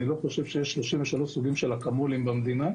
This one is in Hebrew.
אני לא חושב שיש 33 סוגים של אקמול במדינה.